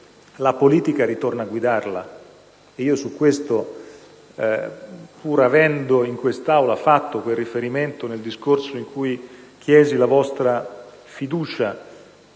la politica torna a guidarla.